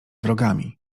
wrogami